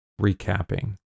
recapping